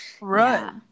right